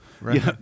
Right